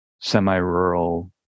semi-rural